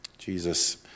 Jesus